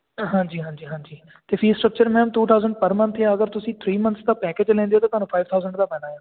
ਹਾਂਜੀ ਹਾਂਜੀ ਹਾਂਜੀ ਅਤੇ fee structure ma'am two thousand per month ਹੈ ਅਗਰ ਤੁਸੀਂ ਥਰੀ ਮੰਨਥਸ ਦਾ ਪੈਕਜ ਲੈਂਦੇ ਹੋ ਤਾਂ ਤੁਹਾਨੂੰ ਫਾਈਵ ਥਾਊਸੈਂਡ ਦਾ ਪੈਣਾ ਏ ਆ